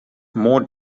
more